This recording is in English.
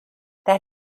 that